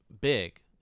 big